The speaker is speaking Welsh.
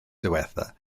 ddiwethaf